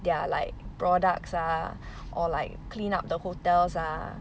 their like products ah or like clean up the hotels ah